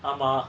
ஆமா:aama